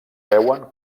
veuen